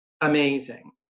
Amazing